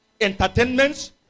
entertainments